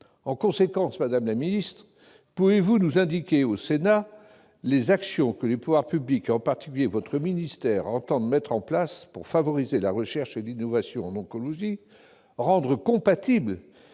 En conséquence, madame la secrétaire d'État, pouvez-vous indiquer au Sénat les actions que les pouvoirs publics, en particulier votre ministère, entendent mettre en place pour favoriser la recherche et l'innovation en oncologie ? Comment